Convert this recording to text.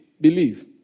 believe